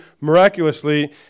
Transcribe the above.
miraculously